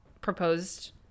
proposed